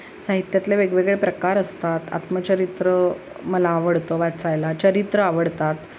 साहित्यातले वेगवेगळे प्रकार असतात आत्मचरित्र मला आवडतं वाचायला चरित्रं आवडतात